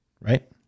right